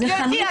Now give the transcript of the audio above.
גברתי,